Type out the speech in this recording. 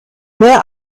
mehr